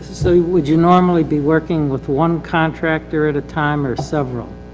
so would you normally be working with one contractor at a time, or several?